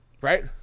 Right